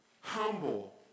humble